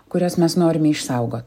kurias mes norime išsaugot